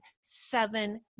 seven